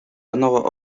another